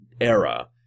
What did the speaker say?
era